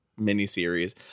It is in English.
miniseries